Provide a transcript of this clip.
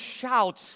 shouts